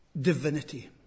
divinity